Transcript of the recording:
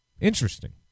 Interesting